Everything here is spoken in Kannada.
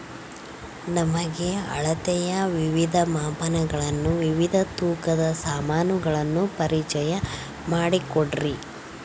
ನಮಗೆ ಅಳತೆಯ ವಿವಿಧ ಮಾಪನಗಳನ್ನು ವಿವಿಧ ತೂಕದ ಸಾಮಾನುಗಳನ್ನು ಪರಿಚಯ ಮಾಡಿಕೊಡ್ರಿ?